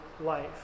life